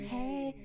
Hey